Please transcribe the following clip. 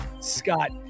Scott